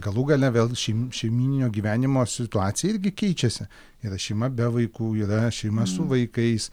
galų gale vėl šeim šeimyninio gyvenimo situacija irgi keičiasi yra šeima be vaikų yra šeima su vaikais